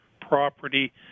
property